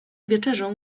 wieczerzą